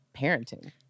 parenting